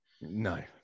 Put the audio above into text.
No